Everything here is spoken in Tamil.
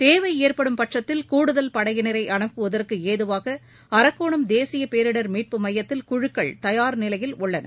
தேவை ஏற்படும் பட்கத்தில் கூடுதல் படையினரை அனுப்புவதற்கு ஏதுவாக அரக்கோணம் தேசிய பேரிடர் மீட்பு மையத்தில் குழுக்கள் தயார் நிலையில் உள்ளன